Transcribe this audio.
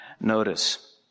notice